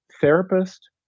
therapist